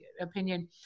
opinion